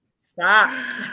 stop